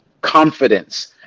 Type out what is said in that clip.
confidence